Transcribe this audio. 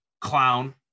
clown